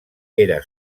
era